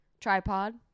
tripod